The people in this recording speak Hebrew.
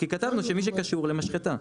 כי כתבנו שמי שקשור למשחטה.